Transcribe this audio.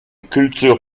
culture